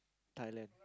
Thailand